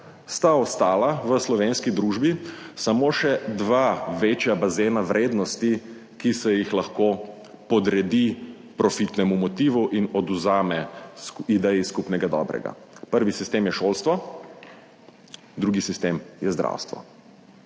sta ostala v slovenski družbi samo še dva večja bazena vrednosti, ki se jih lahko podredi profitnemu motivu in odvzame ideji skupnega dobrega. Prvi sistem je šolstvo, drugi sistem je zdravstvo.